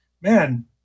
man